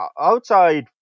outside